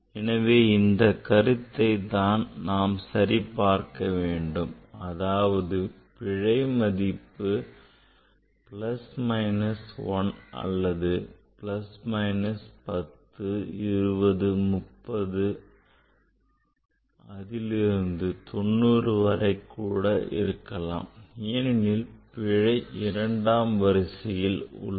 எனவே இந்தக் கருத்தை நான் சரிபார்க்க வேண்டும் அதாவது பிழை மதிப்பு plus minus 1 அல்லது plus minus 10 20 30 விருந்து 90 ஆக கூட இருக்கலாம் ஏனெனில் பிழை இரண்டாம் வரிசையில் உள்ளது